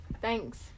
Thanks